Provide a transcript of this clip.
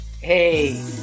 Hey